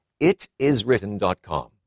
itiswritten.com